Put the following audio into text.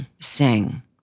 sing